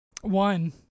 One